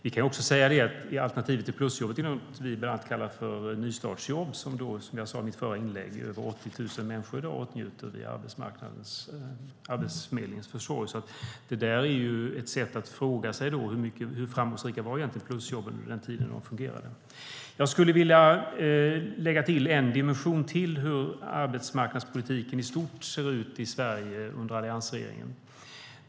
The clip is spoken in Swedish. Vi kan också säga att alternativet till plusjobb är något vi ibland kallar nystartsjobb och som, vilket jag sade i mitt förra inlägg, över 80 000 människor i dag åtnjuter via Arbetsförmedlingens försorg. Det är alltså ett sätt att fråga sig hur framgångsrika plusjobben egentligen var under den tid de fungerade. Jag skulle vilja lägga till en dimension till i beskrivningen av hur arbetsmarknadspolitiken i stort ser ut i Sverige under alliansregeringen.